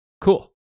Cool